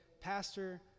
Pastor